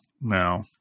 Now